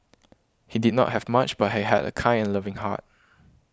he did not have much but he had a kind and loving heart